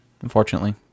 unfortunately